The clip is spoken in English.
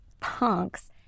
punks